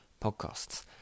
podcasts